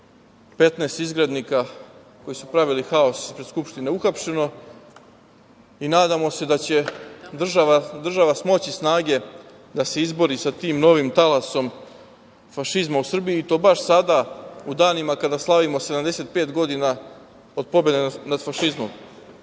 15 izgrednika koji su pravili haos ispred Skupštine uhapšeno i nadamo se da će država smoći snage da se izbori sa tim novim talasom fašizma u Srbiji, i to baš sada u danima kada slavimo 75 godina od pobede nad fašizmom. Ne